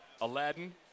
Aladdin